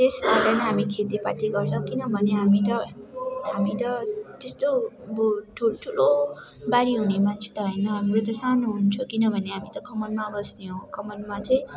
त्यस कारण हामी खेतीपाती गर्छौँ किनभने हामी त हामी त त्यस्तो आबो ठुल्ठुलो बारी हुने मान्छे त होइन हाम्रो त सानो हुन्छ किनभने हामी त कमानमा बस्ने हो कमानमा चाहिँ